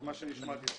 שנשמעתי אתמול.